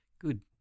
Good